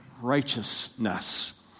righteousness